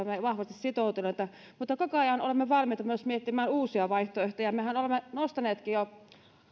sitoutuneita mutta koko ajan olemme valmiita myös miettimään uusia vaihtoehtoja mehän olemme nostaneetkin jo